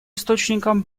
источником